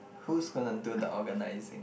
who's gonna do the organising